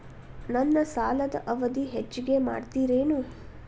ನನ್ನ ಸಾಲದ ಅವಧಿ ಹೆಚ್ಚಿಗೆ ಮಾಡ್ತಿರೇನು?